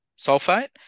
sulfate